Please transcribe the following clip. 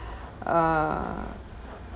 uh